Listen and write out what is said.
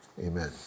Amen